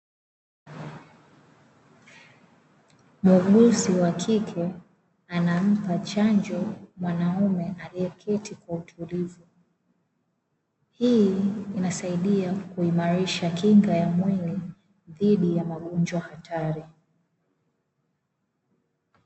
Muuguzi wa kike anampa chanjo mwanaume aliyeketi kwa utulivu, hii inasaidia kuimarisha kinga ya mwili dhidi ya magonjwa hatari.